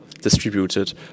distributed